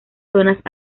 zonas